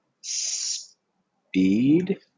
speed